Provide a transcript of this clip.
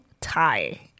Thai